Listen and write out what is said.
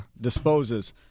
disposes